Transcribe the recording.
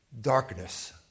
darkness